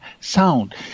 sound